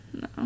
No